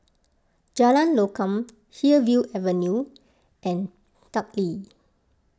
Jalan Lokam Hillview Avenue and Teck Lee